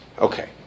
Okay